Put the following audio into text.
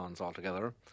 altogether